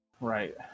Right